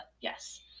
yes